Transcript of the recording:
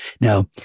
Now